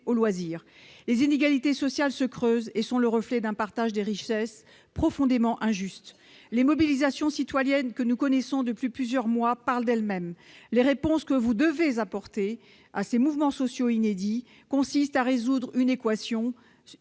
Les inégalités sociales se creusent et sont le reflet d'un partage des richesses profondément injuste. Les mobilisations citoyennes que nous connaissons depuis plusieurs mois parlent d'elles-mêmes. La réponse que le Gouvernement doit apporter à ces mouvements sociaux inédits consiste à résoudre l'équation